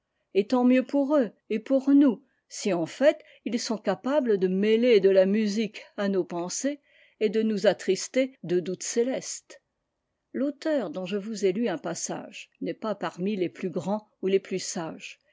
tant mieux pour eux et pour nous si en fait ils sont capables de mêler de la musique à nos pensées et de nous attrister de doutes célestes i l'auteur dont je vous ai lu un passage n'est pas parmi les plus grands ou les plus sages